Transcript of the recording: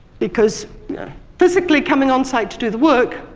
because physically coming onsite to do the work,